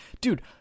dude